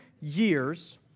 years